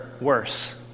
worse